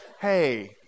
hey